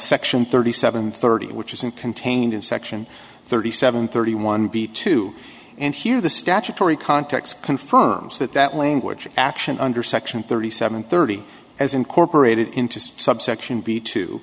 section thirty seven thirty which is in contained in section thirty seven thirty one b two and here the statutory context confirms that that language of action under section thirty seven thirty as incorporated into subsection b t